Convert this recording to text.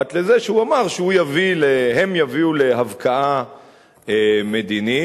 פרט לזה שהוא אמר שהם יביאו להבקעה מדינית.